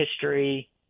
history